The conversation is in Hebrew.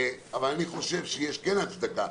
אבל אני חושב שיש הצדקה,